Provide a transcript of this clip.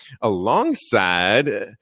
alongside